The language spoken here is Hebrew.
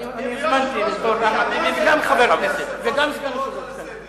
אני הוזמנתי גם בתור סגן היושב-ראש וגם בתור חבר הכנסת.